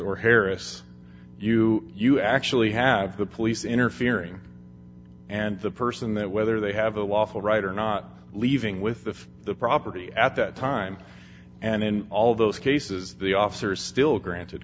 or harris you you actually have the police interfering and the person that whether they have a lawful right or not leaving with the property at that time and in all those cases the officer is still granted